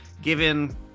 Given